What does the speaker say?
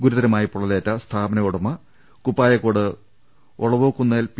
ഗുരുതരമായി പൊള്ളലേറ്റ സ്ഥാപന ഉടമ കുപ്പായക്കോട് ഒളവോക്കുന്നേൽ പി